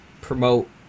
promote